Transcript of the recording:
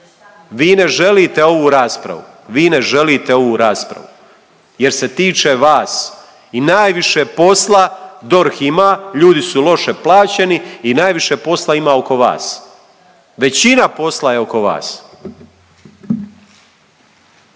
vi ne želite ovu raspravu jer se tiče vas. I najviše posla DORH ima, ljudi su loše plaćeni i najviše posla ima oko vas. Većina posla je oko vas.